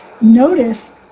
notice